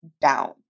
down